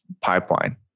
pipeline